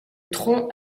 tronc